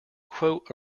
quote